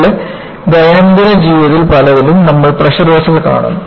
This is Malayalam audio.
നിങ്ങളുടെ ദൈനംദിന ജീവിതത്തിൽ പലതിലും നമ്മൾ പ്രഷർ വെസൽ കാണുന്നു